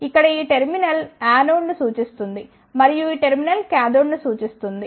ఇక్కడ ఈ టెర్మినల్ యానోడ్ను సూచిస్తుంది మరియు ఈ టెర్మినల్ కాథోడ్ను సూచిస్తుంది